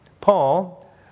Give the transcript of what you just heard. Paul